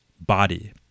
body